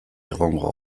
egongo